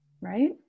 right